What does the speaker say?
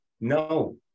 no